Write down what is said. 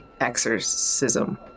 exorcism